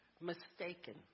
mistaken